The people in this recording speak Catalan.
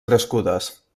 crescudes